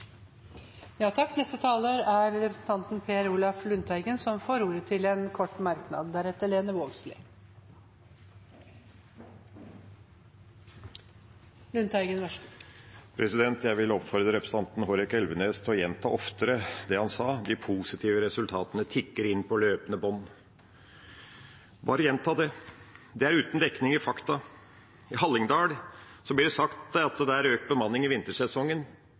Representanten Per Olaf Lundteigen har hatt ordet to ganger tidligere og får ordet til en kort merknad, begrenset til 1 minutt. Jeg vil oppfordre representanten Hårek Elvenes til å gjenta oftere det han sa, at de positive resultatene tikker inn på løpende bånd. Bare gjenta det. Det er uten dekning i fakta. Det blir sagt at det i Hallingdal er økt bemanning i vintersesongen.